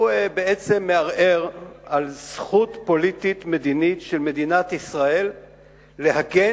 הוא בעצם מערער על זכות פוליטית מדינית של מדינת ישראל להגן